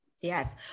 Yes